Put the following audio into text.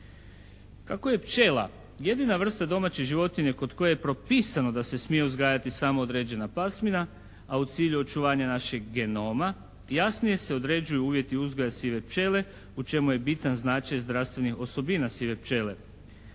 Kako je pčela jedina vrsta domaće životinje kod koje je propisano da se smije uzgajati samo određena pasmina, a u cilju očuvanja našeg genoma jasnije se određuju uvjeti uzgoja sive pčele u čemu je bitan značaj zdravstvenih osobina sive pčele.